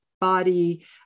body